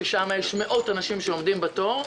ששם יש מאות אנשים שעומדים בתור.